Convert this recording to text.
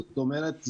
זאת אומרת,